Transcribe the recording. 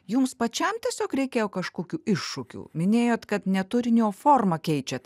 jums pačiam tiesiog reikėjo kažkokių iššūkių minėjot kad ne turinį o formą keičiat